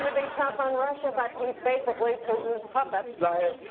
be tough on russia but he's basically putin's puppet. liar,